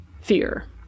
fear